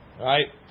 Right